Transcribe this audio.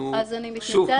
אז אני מתנצלת -- שוב,